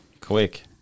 quick